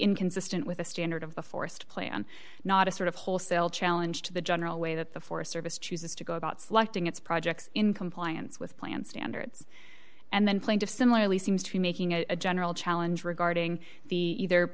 inconsistent with a standard of the forest plan not a sort of wholesale challenge to the general way that the forest service choose to go about selecting its projects in compliance with plan standards and then plaintiff similarly seems to be making a general challenge regarding the either